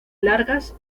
largas